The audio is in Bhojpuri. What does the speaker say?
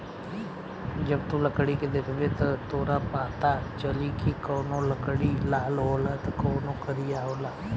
जब तू लकड़ी के देखबे त तोरा पाता चली की कवनो लकड़ी लाल होला त कवनो करिया होला